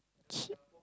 cheap